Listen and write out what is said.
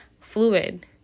fluid